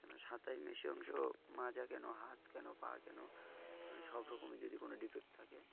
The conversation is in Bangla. কেন সাঁতারে বেশি অংশ মাজা কেন হাত কেন পা কেন সব রকমের যদি কোনো ডিফেক্ট থাকে